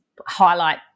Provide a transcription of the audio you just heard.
highlight